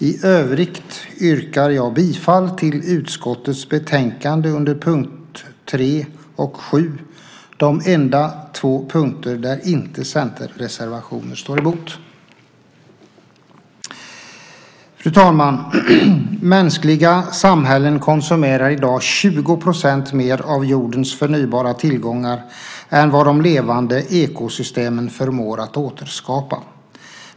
I övrigt yrkar jag bifall till utskottets förslag i betänkandet under punkt 3 och 7, de enda två punkter där inte centerreservationer står emot. Fru talman! Mänskliga samhällen konsumerar i dag 20 % mer av jordens förnybara tillgångar än vad de levande ekosystemen förmår återskapa.